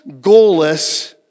goalless